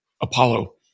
Apollo